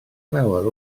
llawer